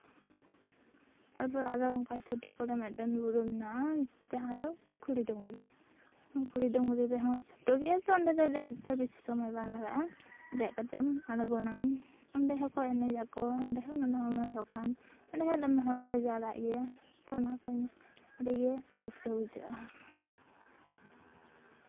ᱛᱟᱨᱯᱚᱨᱮ ᱟᱨᱚ ᱚᱝᱠᱟ ᱯᱷᱚᱴᱳ ᱠᱚᱨᱮ ᱢᱤᱫᱴᱮᱱ ᱵᱩᱨᱩ ᱢᱮᱱᱟᱜᱼᱟ ᱡᱟᱦᱟᱸ ᱫᱚ ᱠᱷᱩᱲᱤ ᱰᱩᱝᱨᱤ ᱠᱷᱩᱲᱤ ᱰᱩᱝᱨᱤ ᱨᱮᱦᱚᱸ ᱪᱷᱳᱴᱳ ᱜᱮᱭᱟ ᱛᱚ ᱚᱸᱰᱮ ᱫᱚ ᱫᱮᱡ ᱛᱮ ᱵᱤᱥᱤ ᱥᱚᱢᱚᱭ ᱵᱟᱝ ᱞᱟᱜᱟᱜᱼᱟ ᱫᱮᱡ ᱠᱟᱛᱮ ᱮᱢ ᱟᱬᱜᱚᱱᱟᱢ ᱚᱸᱰᱮ ᱦᱚᱸᱠᱚ ᱮᱱᱮᱡᱟᱠᱚ ᱚᱸᱰᱮ ᱦᱚᱸ ᱱᱟᱱᱟᱦᱩᱱᱟᱹᱨ ᱫᱚᱠᱟᱱ ᱢᱟᱱᱮ ᱫᱚᱢᱮ ᱦᱚᱲ ᱠᱚ ᱡᱟᱣᱨᱟᱜ ᱜᱮᱭᱟ ᱛᱚ ᱚᱱᱟ ᱠᱚ ᱧᱮᱞ ᱠᱟᱛᱮ ᱟᱹᱰᱤ ᱜᱮ ᱨᱟᱹᱥᱠᱟᱹ ᱵᱩᱡᱷᱟᱹᱜᱼᱟ